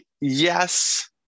Yes